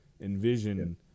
envision